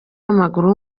w’amaguru